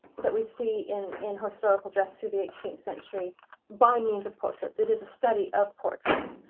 that we see in in historical dress to the eighteenth century by means of portraits. it is a study of portraits.